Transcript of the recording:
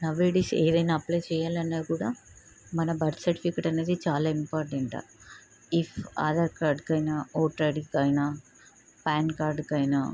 now ఏ days ఏదైనా apply చేయాలన్నా కూడా మన బర్త్ సర్టిఫికెట్ అనేది చాలా ఇంపార్టెంట్ ఇఫ్ ఆధార్ కార్డుకైనా ఓటర్ ఐడికైనా పాన్ కార్డుకైనా